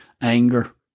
anger